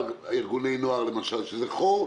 ארגוני הנוער, שזה חור,